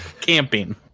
camping